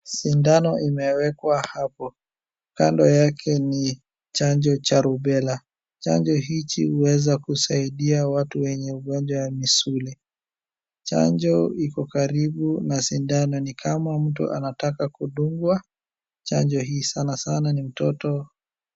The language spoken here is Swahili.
Sindano imewekwa hapo. Kando yake ni chanjo cha Rubella. Chanjo hichi huweza kusaidia watu wenye ugonjwa ya misuli. Chanjo iko karibu na sindano. Ni kama mtu anataka kudungwa chanjo hii, sanasana ni mtoto.